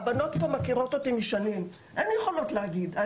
הבנות פה מכירות אותי משנים, הן יכולות להגיד.